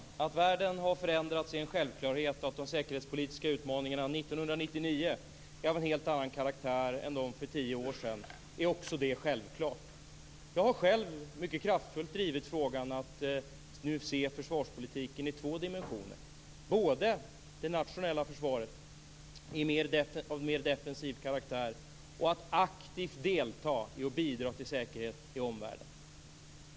Herr talman! Det är en självklarhet att världen har förändrats. Det är också självklart att de säkerhetspolitiska utmaningarna 1999 är av en helt annan karaktär än dem för tio år sedan. Jag har själv kraftfullt drivit frågan att nu se försvarspolitiken i två dimensioner, både det nationella försvaret av mer defensiv karaktär och ett aktivt deltagande för att bidra till säkerheten i omvärlden.